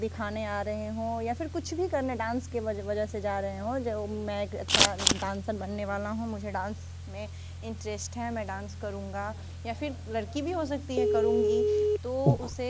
दिखाने आ रहे हो या फिर कुछ भी करने डांस के वजह से जा रहे हों डांसर बनने वाला हो मुझे डांस में इंटरेस्ट है मैं डांस करुँगा या फिर लड़की भी हो सकती है करुँगी तो उसे